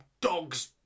dogs